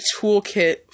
toolkit